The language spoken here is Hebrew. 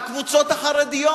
לקבוצות החרדיות.